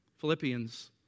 Philippians